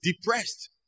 depressed